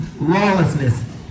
lawlessness